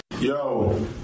Yo